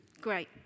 Great